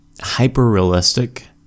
hyper-realistic